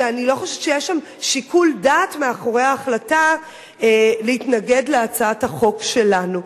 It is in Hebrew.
אני לא חושבת שיש שם שיקול דעת מאחורי ההחלטה להתנגד להצעת החוק שלנו.